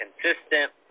consistent